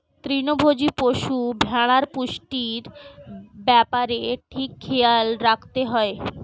তৃণভোজী পশু, ভেড়ার পুষ্টির ব্যাপারে ঠিক খেয়াল রাখতে হয়